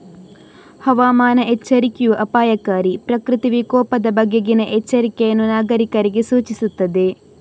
ಹವಾಮಾನ ಎಚ್ಚರಿಕೆಯೂ ಅಪಾಯಕಾರಿ ಪ್ರಕೃತಿ ವಿಕೋಪದ ಬಗೆಗಿನ ಎಚ್ಚರಿಕೆಯನ್ನು ನಾಗರೀಕರಿಗೆ ಸೂಚಿಸುತ್ತದೆ